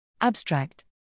Abstract